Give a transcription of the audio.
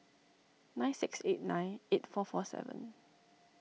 nine six eight nine eight four four seven